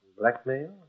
blackmail